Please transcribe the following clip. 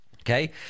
okay